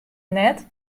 net